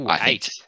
Eight